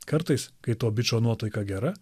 kartais kai to bičo nuotaika gera